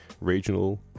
regional